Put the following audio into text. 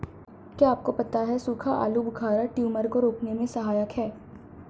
क्या आपको पता है सूखा आलूबुखारा ट्यूमर को रोकने में सहायक है?